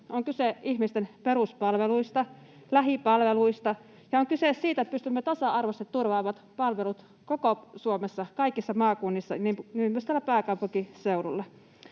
On kyse ihmisten peruspalveluista, lähipalveluista ja on kyse siitä, että pystymme tasa-arvoisesti turvaamaan palvelut koko Suomessa, kaikissa maakunnissa, niin myös täällä pääkaupunkiseudulla.